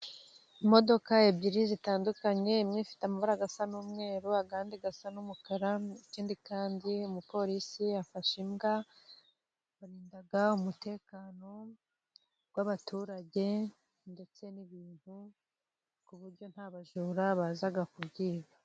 Imodoka ebyiri zitandukanye, imwe ifite amabara asa n'umweru, andi asa n'umukara. Ikindi kandi, umupolisi afashe imbwa, barinda umutekano w'abaturage ndetse n'ibintu, ku buryo nta bajura baza kubyiba.